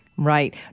Right